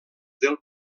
del